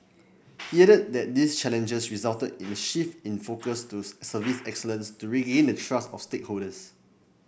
he added that these challenges resulted in a shift in focus to service excellence to regain the trust of stakeholders